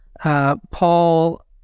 Paul